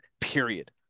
period